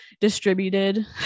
distributed